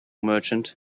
merchant